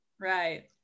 Right